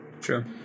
Sure